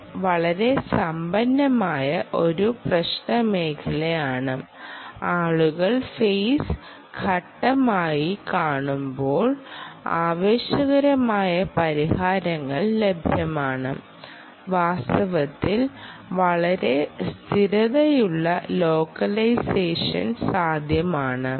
ഇത് വളരെ സമ്പന്നമായ ഒരു പ്രശ്നമേഖലയാണ് ആളുകൾ ഫെയ്സ് ഘട്ടമായി കാണുമ്പോൾ ആവേശകരമായ പരിഹാരങ്ങൾ ലഭ്യമാണ് വാസ്തവത്തിൽ വളരെ സ്ഥിരതയുള്ള ലോക്കലൈസേഷൻ സാധ്യമാണ്